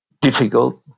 difficult